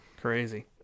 Crazy